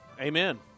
Amen